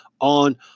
on